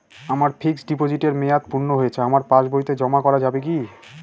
আমার ফিক্সট ডিপোজিটের মেয়াদ পূর্ণ হয়েছে আমার পাস বইতে জমা করা যাবে কি?